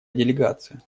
делегация